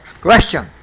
Question